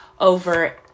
over